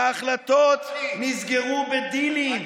ההחלטות נסגרו בדילים,